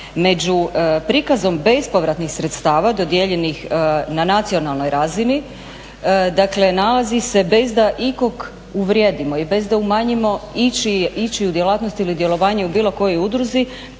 Među prikazom bespovratnih sredstava dodijeljenih na nacionalnoj razini dakle nalazi se bez da ikog uvrijedimo i bez da umanjimo ičiju djelatnost ili djelovanje u bilo kojoj udruzi